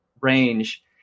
range